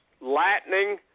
lightning